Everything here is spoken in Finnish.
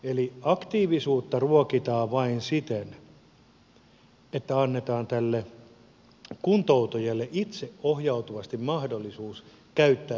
eli aktiivisuutta ruokitaan vain siten että annetaan tälle kuntoutujalle itseohjautuvasti mahdollisuus käyttää ne päivät